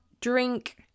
drink